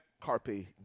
Carpe